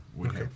Okay